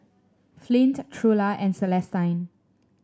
Flint Trula and Celestine